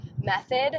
method